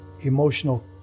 emotional